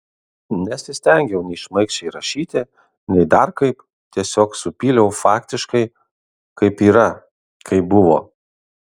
nesistengiau nei šmaikščiai rašyti nei dar kaip tiesiog supyliau faktiškai kaip yra kaip buvo